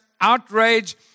outrage